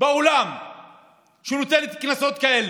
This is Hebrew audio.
בעולם שנותנת קנסות כאלה.